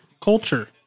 culture